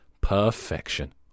Perfection